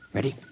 Ready